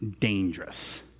dangerous